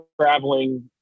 traveling